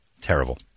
terrible